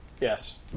Yes